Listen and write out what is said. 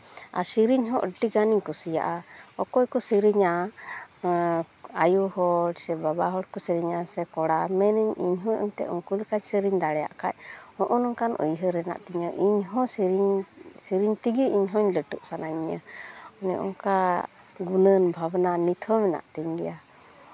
ᱟᱨ ᱥᱤᱨᱤᱧ ᱦᱚᱸ ᱟᱹᱰᱤᱜᱟᱱᱤᱧ ᱠᱩᱥᱤᱭᱟᱜᱼᱟ ᱚᱠᱚᱭ ᱠᱚ ᱥᱮᱨᱮᱧᱟ ᱟᱭᱳ ᱦᱚᱲ ᱥᱮ ᱵᱟᱵᱟ ᱦᱚᱲ ᱠᱚ ᱥᱮᱨᱮᱧᱟ ᱥᱮ ᱠᱚᱲᱟ ᱢᱮᱱᱤᱧ ᱤᱧᱦᱚᱸ ᱮᱱᱛᱮᱫ ᱩᱱᱠᱩ ᱞᱮᱠᱟ ᱥᱮᱨᱮᱧ ᱫᱟᱲᱮᱭᱟᱜ ᱠᱷᱟᱡ ᱱᱚᱜᱼᱚ ᱱᱚᱝᱠᱟᱱ ᱩᱭᱦᱟᱹᱨ ᱦᱮᱱᱟᱜ ᱛᱤᱧᱟᱹ ᱤᱧᱦᱚᱸ ᱥᱮᱨᱮᱧ ᱤᱧ ᱥᱮᱨᱮᱧ ᱛᱮᱜᱮ ᱤᱧᱦᱚᱸ ᱞᱟᱹᱴᱩᱜ ᱥᱟᱱᱟᱧᱟ ᱢᱟᱱᱮ ᱚᱱᱠᱟᱱ ᱜᱩᱱᱟᱹᱱ ᱵᱷᱟᱵᱽᱱᱟ ᱱᱤᱛᱦᱚᱸ ᱢᱮᱱᱟᱜ ᱛᱤᱧ ᱜᱮᱭᱟ